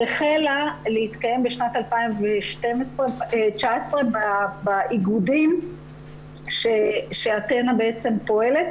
היא החלה להתקיים בשנת 2019 באיגודים שאתנה בעצם פועלת